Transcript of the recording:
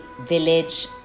village